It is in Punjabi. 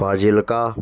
ਫਾਜ਼ਿਲਕਾ